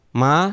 ma